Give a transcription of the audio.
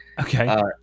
okay